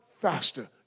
faster